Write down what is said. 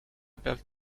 pealt